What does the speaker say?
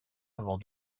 avant